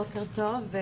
בוקר טוב.